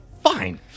Fine